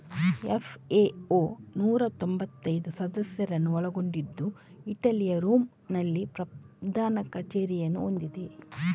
FAO ನೂರಾ ತೊಂಭತ್ತೈದು ಸದಸ್ಯರನ್ನು ಒಳಗೊಂಡಿದ್ದು ಇಟಲಿಯ ರೋಮ್ ನಲ್ಲಿ ಪ್ರಧಾನ ಕಚೇರಿಯನ್ನು ಹೊಂದಿದೆ